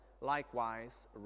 likewise